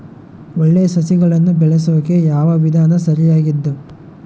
ಒಳ್ಳೆ ಸಸಿಗಳನ್ನು ಬೆಳೆಸೊಕೆ ಯಾವ ವಿಧಾನ ಸರಿಯಾಗಿದ್ದು?